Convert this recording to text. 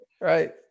right